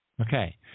Okay